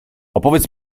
opowiedz